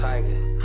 Tiger